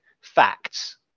facts